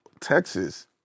Texas